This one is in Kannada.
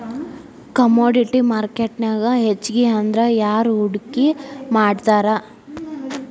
ಕಾಮೊಡಿಟಿ ಮಾರ್ಕೆಟ್ನ್ಯಾಗ್ ಹೆಚ್ಗಿಅಂದ್ರ ಯಾರ್ ಹೂಡ್ಕಿ ಮಾಡ್ತಾರ?